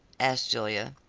asked julia.